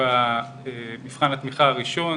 במבחן התמיכה הראשון,